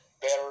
better